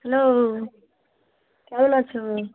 hello কেমন আছো